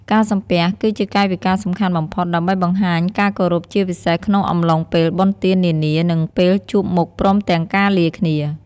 ការសំពះ គឺជាកាយវិការសំខាន់បំផុត ដើម្បីបង្ហាញការគោរពជាពិសេសក្នុងអំឡុងពេលបុណ្យទាននានានិងពេលជួបមុខព្រមទាំងការលាគ្នា។